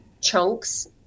chunks